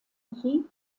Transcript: krieg